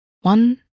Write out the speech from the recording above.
One